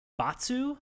Batsu